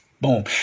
boom